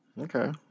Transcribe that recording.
Okay